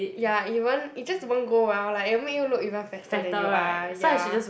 ya it won't it just won't go well like it will make you look even fatter than you are ya